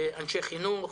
אנשי חינוך